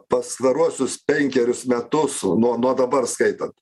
pastaruosius penkerius metus nuo nuo dabar skaitant